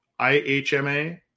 IHMA